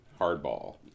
Hardball